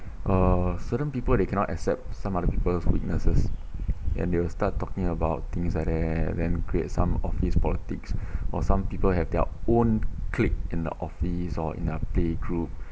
uh certain people they cannot accept some other people's weaknesses and they will start talking about things like that then create some office politics or some people have their own clique in the office or in a play group